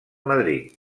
madrid